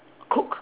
cook